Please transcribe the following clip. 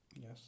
Yes